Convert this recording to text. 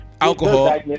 Alcohol